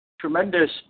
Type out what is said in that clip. Tremendous